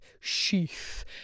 sheath